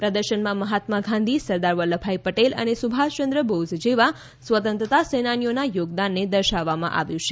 પ્રદર્શનમાં મહાત્મા ગાંધી સરદાર વલ્લભભાઇ પટેલ અને સુભાષયંદ્ર બોઝ જેવા સ્વતંત્રતા સેનાનીઓના યોગદાનને દર્શાવવામાં આવ્યું છે